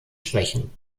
schwächen